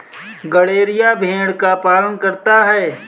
गड़ेरिया भेड़ का पालन करता है